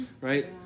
right